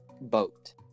boat